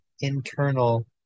internal